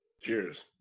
Cheers